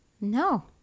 No